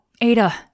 Ada